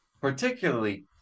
Particularly